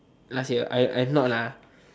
last year I I'm not lah